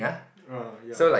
uh ya